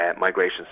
migration